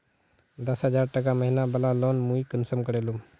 दस हजार टका महीना बला लोन मुई कुंसम करे लूम?